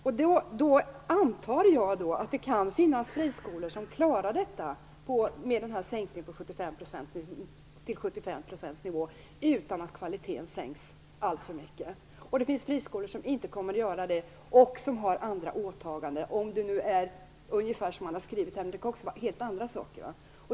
Jag antar att det kan finnas friskolor som klarar sänkningen till 75 % utan att kvaliteten sänks alltför mycket. Men det finns friskolor som inte kommer att klara det och som har andra åtaganden, ungefär som man har skrivit här men det kan också vara helt andra saker.